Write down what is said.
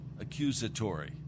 accusatory